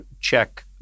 check